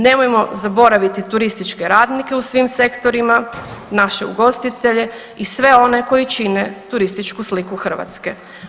Nemojmo zaboraviti turističke radnike u svim sektorima, naše ugostitelje i sve one koji čine turističku sliku Hrvatske.